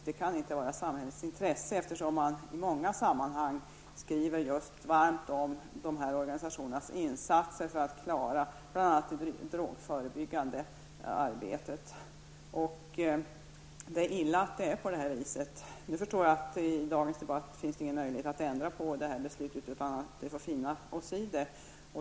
Det kan inte vara i samhällets intresse, eftersom man i många sammanhang skriver varmt om de här organisationernas insatser för att klara bl.a. det drogförebyggandet arbetet. Det är illa att det är på det här viset. Nu förstår jag att i dagens debatt finns det ingen möjlighet att ändra på beslutet utan att vi får finna oss i det.